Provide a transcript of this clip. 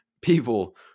people